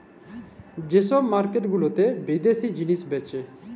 যে ছব মার্কেট গুলাতে বিদ্যাশি জিলিস বেঁচে